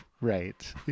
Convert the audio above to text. Right